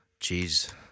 Jeez